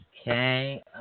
Okay